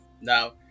Now